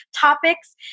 topics